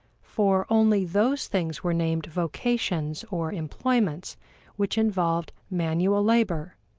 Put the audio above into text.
for only those things were named vocations or employments which involved manual labor,